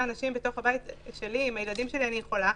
אנשים בתוך הבית שלי עם הילדים שלי אני יכולה,